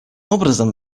образом